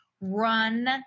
run